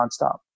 nonstop